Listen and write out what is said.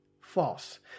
false